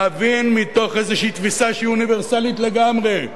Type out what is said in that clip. להבין מתוך תפיסה אוניברסלית לגמרי,